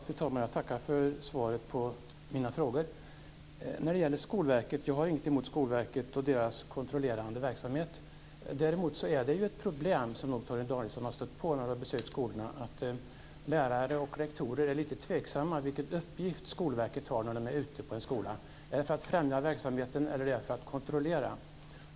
Fru talman! Jag tackar för svaren på mina frågor. Jag har inget emot Skolverket och dess kontrollerande verksamhet. Däremot finns det ett problem som Torgny Danielsson måste ha stött på när han har besökt skolor, att lärare och rektorer är lite tveksamma om vilken uppgift som Skolverket har när man är ute på en skola. Är det för att främja verksamheten eller är det för att kontrollera?